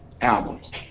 albums